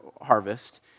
harvest